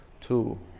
two